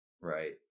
right